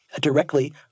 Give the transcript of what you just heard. directly